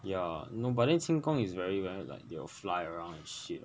ya no but then 轻功 is very very like they'll fly around and shit